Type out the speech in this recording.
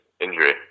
injury